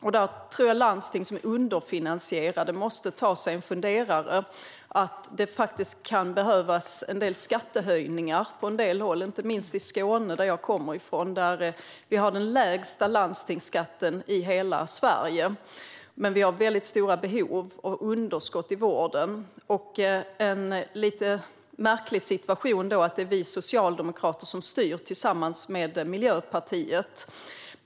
Jag tror att landsting som är underfinansierade måste ta sig en funderare. Det kan faktiskt behövas skattehöjningar på en del håll, inte minst i Skåne, som jag kommer från. Där vi har den lägsta landstingsskatten i hela Sverige, men vi har väldigt stora behov och underskott i vården. Det är en lite märklig situation där. Det är vi socialdemokrater som styr tillsammans med Miljöpartiet.